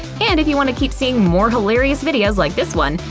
and if you want to keep seeing more hilarious videos like this one,